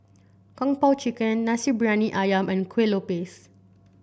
Kung Po Chicken Nasi Briyani ayam and Kueh Lopes